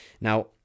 Now